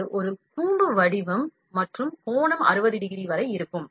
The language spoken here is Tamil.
என்றால் அது ஒரு கூம்பு வடிவம் மற்றும் கோணம் 60 டிகிரி வரை இருக்கும்